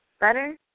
better